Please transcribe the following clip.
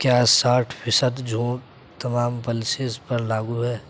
کیا ساٹھ فیصد چھوٹ تمام پلسیز پر لاگو ہے